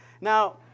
Now